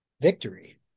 victory